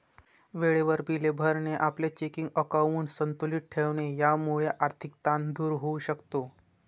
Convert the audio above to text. वेळेवर बिले भरणे, आपले चेकिंग अकाउंट संतुलित ठेवणे यामुळे आर्थिक ताण दूर होऊ शकतो